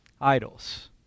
idols